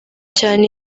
cyane